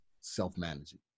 self-managing